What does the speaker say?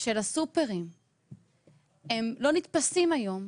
של הסופרים לא נתפסים היום,